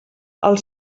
els